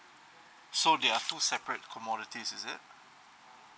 so they are two separate commodities is it